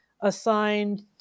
assigned